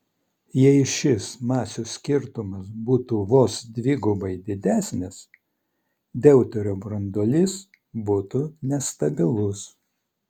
jei šis masių skirtumas būtų vos dvigubai didesnis deuterio branduolys būtų nestabilus